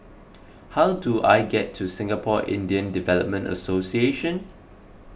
how do I get to Singapore Indian Development Association